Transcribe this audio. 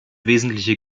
wesentliche